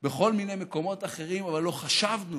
בכל מיני מקומות אחרים, אבל לא חשבנו